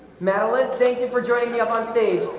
madeline thank you for joining me up on stage.